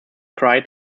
cried